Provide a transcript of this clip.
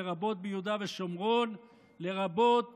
לרבות